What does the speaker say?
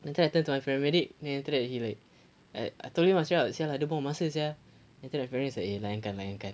then after I turned to my paramedic then after that he like I I told you macam cakap buang masa sia then after that my paramedic's like eh lain kan lain kan